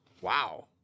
Wow